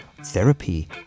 therapy